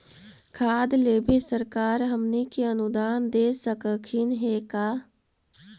खाद लेबे सरकार हमनी के अनुदान दे सकखिन हे का?